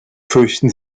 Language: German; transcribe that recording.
fürchten